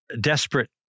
desperate